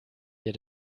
dir